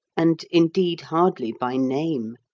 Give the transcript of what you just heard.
and, indeed, hardly by name.